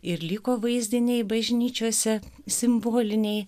ir liko vaizdiniai bažnyčiose simboliniai